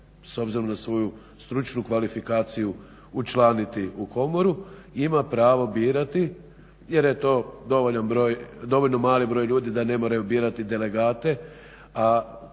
s obzirom na svoju stručnu kvalifikaciju učlaniti u komoru, ima pravo birati jer je to dovoljan broj, dovoljno mali broj ljudi da ne moraju birati delegate.